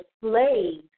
slaves